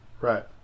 Right